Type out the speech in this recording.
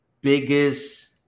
biggest